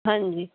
ਹਾਂਜੀ